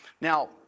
Now